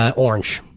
orange.